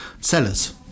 sellers